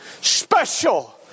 special